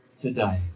today